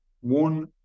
One